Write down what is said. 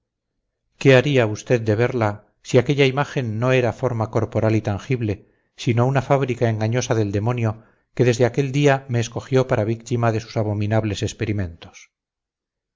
qué había usted de verla si aquella imagen no era forma corporal y tangible sino una fábrica engañosa del demonio que desde aquel día me escogió para víctima de sus abominables experimentos